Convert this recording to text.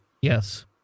Yes